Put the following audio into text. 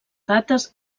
dates